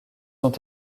ont